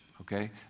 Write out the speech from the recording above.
okay